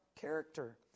character